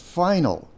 final